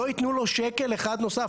לא יתנו לו שקל אחד נוסף.